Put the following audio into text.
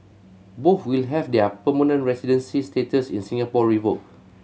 both will have their permanent residency status in Singapore revoked